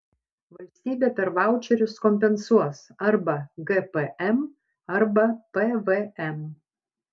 valstybė per vaučerius kompensuos arba gpm arba pvm